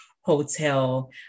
hotel